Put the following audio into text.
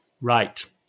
Right